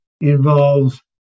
involves